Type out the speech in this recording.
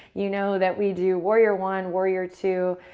you know that we do warrior one, warrior two,